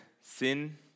sin